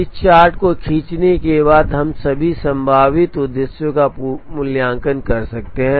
इस चार्ट को खींचने के बाद हम सभी संभावित उद्देश्यों का मूल्यांकन कर सकते हैं